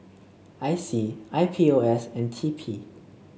I C I P O S and TP